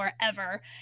forever